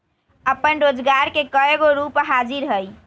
अप्पन रोजगार के कयगो रूप हाजिर हइ